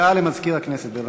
הודעה למזכיר הכנסת, בבקשה.